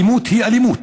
אלימות היא אלימות,